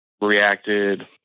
Reacted